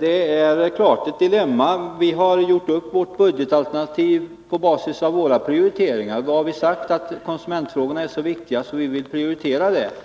Det är klart att detta är ett dilemma. Vi har gjort upp vårt budgetalternativ på basis av våra prioriteringar. Då har vi sagt att konsumentfrågorna är så viktiga att vi vill prioritera dem.